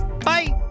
bye